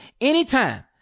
anytime